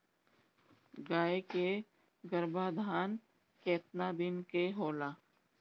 गाय के गरभाधान केतना दिन के होला?